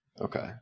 Okay